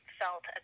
felt